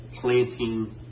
planting